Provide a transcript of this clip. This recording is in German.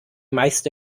meiste